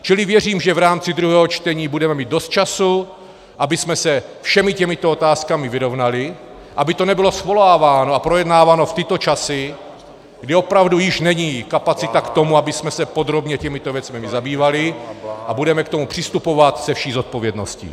Čili věřím, že v rámci druhého čtení budeme mít dost času, abychom se se všemi těmito otázkami vyrovnali, aby to nebylo svoláváno a projednáváno v tyto časy, kdy opravdu již není kapacita k tomu, abychom se podrobně těmito věcmi my zabývali, a budeme k tomu přistupovat se vší zodpovědností.